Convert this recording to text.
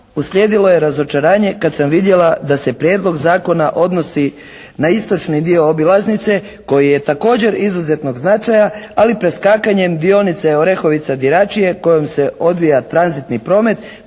uslijedilo je razočaranje kad sam vidjela da se prijedlog zakona odnosi na istočni dio obilaznice koji je također izuzetnog značaja, ali preskakanjem dionice Orehovica-Diračije kojom se odvija tranzitni promet,